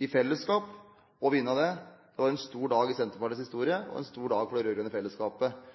i fellesskap, og vinne det, var en stor dag i Senterpartiets historie og en stor dag for det rød-grønne fellesskapet.